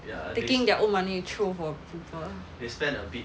taking their own money to throw for people